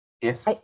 yes